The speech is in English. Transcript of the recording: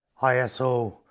ISO